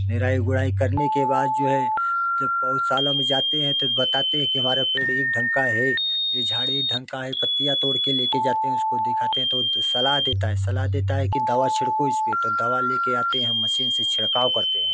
निराई गोड़ाई करने के बाद जो है जब पौधशाला में जाते है तो बताते है कि हमारा पेड़ ढंग का है झाड़ी ढंग का है पत्तियां तोड़ उसको दिखाते है तो वो सलाह देता है सलाह देता है की दवा छिड़को इस पे तो दवा ले के आते है मशीन से छिड़काव करते हैं